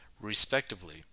respectively